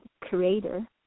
creator